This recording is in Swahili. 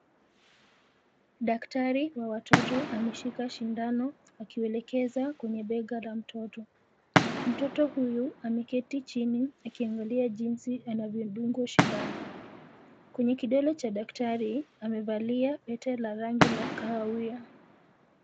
Daktari wa watoto ameshika shindano akielekeza kwenye bega la mtoto. Mtoto huyu ameketi chini akiangalia jinsi anavyodungwa shindano. Kwenye kidole cha daktari, amevalia pete la rangi la kahawia.